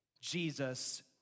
Jesus